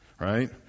right